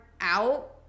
out